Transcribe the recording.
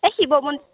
এই শিৱ মন্দিৰ